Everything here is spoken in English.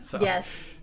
yes